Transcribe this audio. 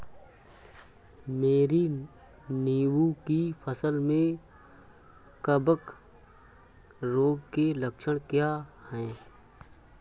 मेरी नींबू की फसल में कवक रोग के लक्षण क्या है?